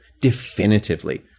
definitively